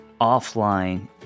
offline